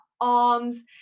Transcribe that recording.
arms